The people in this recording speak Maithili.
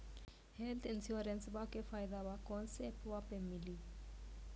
हेल्थ इंश्योरेंसबा के फायदावा कौन से ऐपवा पे मिली?